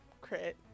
crit